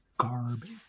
Garbage